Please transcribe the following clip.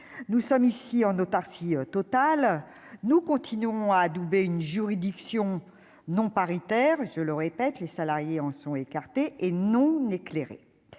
nous sommes ici en autarcie totale, nous continuons à adouber une juridiction non paritaire et je le répète : les salariés en sont écartés et non éclairés